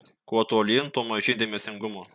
kuo tolyn tuo mažyn dėmesingumo